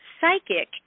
psychic